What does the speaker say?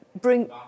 bring